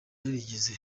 yarigeze